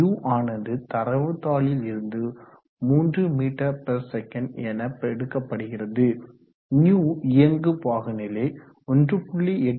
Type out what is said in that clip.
U ஆனது தரவுதாளில் இருந்து 3 msec என எடுக்கப்படுகிறது நியு இயங்கு பாகுநிலை 1